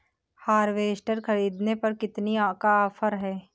Harvester ख़रीदने पर कितनी का ऑफर है?